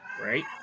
right